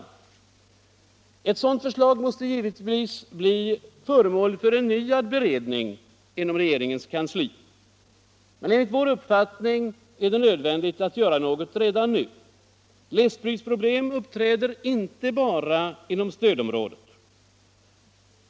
Detta måste givetvis bli föremål för en förnyad beredning inom regeringens kansli. Enligt vår uppfattning är det nödvändigt att göra något redan nu. Glesbygdsproblem uppträder inte bara inom stödområdet.